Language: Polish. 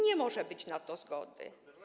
Nie może być na to zgody.